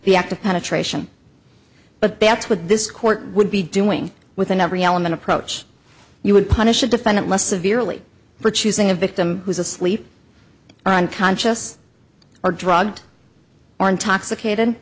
the act of penetration but that's what this court would be doing within every element approach you would punish the defendant less severely for choosing a victim who is asleep on conscious or drugged or intoxicated